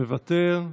מוותר.